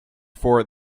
for